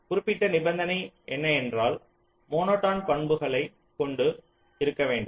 குறிப்பிடப்பட்ட நிபந்தனை என்ன என்றால் மோனோடோன் பண்புகளை கொண்டு இருக்க வேண்டும்